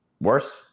worse